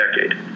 decade